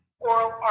oral